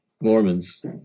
Mormons